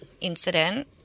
incident